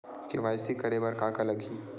KYC करे बर का का लगही?